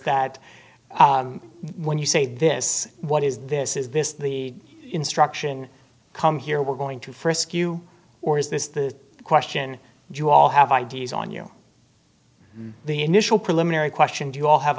that when you say this what is this is this the instruction come here we're going to frisk you or is this the question do you all have i d s on your the initial preliminary question do you all have